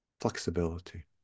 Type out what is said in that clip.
flexibility